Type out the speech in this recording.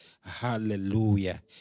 Hallelujah